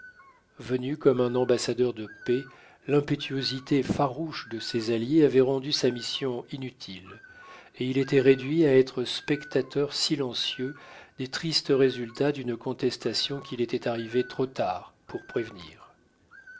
venu comme un ambassadeur de paix l'impétuosité farouche de ses alliés avait rendu sa mission inutile et il était réduit à être spectateur silencieux des tristes résultats d'une contestation qu'il était arrivé trop tard pour prévenir